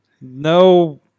No